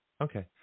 Okay